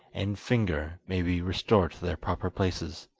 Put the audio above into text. and finger may be restored to their proper places